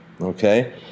Okay